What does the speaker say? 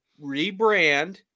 rebrand